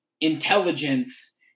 intelligence